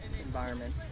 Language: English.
environment